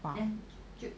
!wah!